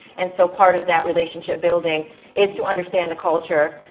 and so part of that relationship building is to understand the culture.